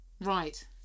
right